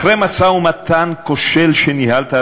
אחרי משא-ומתן כושל שניהלת,